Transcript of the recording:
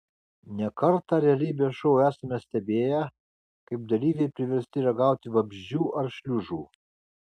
ne kartą realybės šou esame stebėję kaip dalyviai priversti ragauti vabzdžių ar šliužų